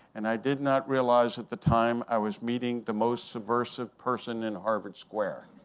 and i did not realize at the time i was meeting the most subversive person in harvard square.